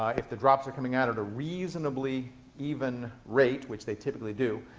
if the drops are coming out at a reasonably even rate, which they typically do,